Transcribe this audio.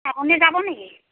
আপুনি যাব নেকি